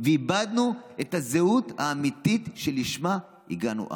ואיבדנו את הזהות האמיתית שלשמה הגענו ארצה,